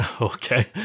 Okay